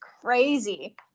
crazy